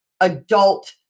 adult